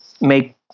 make